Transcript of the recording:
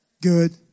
Good